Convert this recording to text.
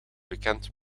bekend